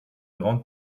grande